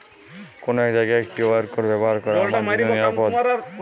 যে কোনো জায়গার কিউ.আর কোড ব্যবহার করা কি আমার জন্য নিরাপদ?